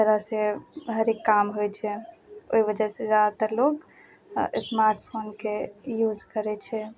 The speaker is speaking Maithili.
तरह से हरेक काम होइ छै ओहि वजह से जादातर लोग स्मार्टफोनके यूज करै छै